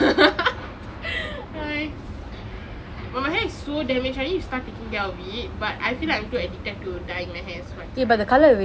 !hais! but my hair is so damage I need to start taking care of it but I feel like I'm too addicted to dying my hair so I can't